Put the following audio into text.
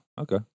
okay